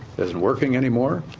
isn't working anymore.